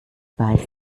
weiß